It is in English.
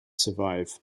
survive